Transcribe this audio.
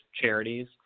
charities